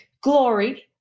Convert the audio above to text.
glory